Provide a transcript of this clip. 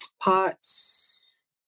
POTS